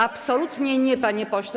Absolutnie nie, panie pośle.